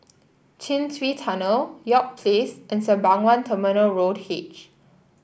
Chin Swee Tunnel York Place and Sembawang Terminal Road H